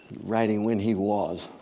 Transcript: writing when he was,